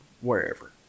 wherever